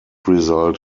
result